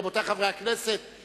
רבותי חברי הכנסת,